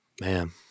Man